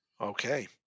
Okay